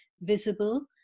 visible